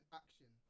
action